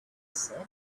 said